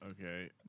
Okay